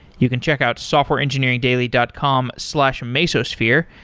you can check out softwareengineeringdaily dot com slash mesosphere,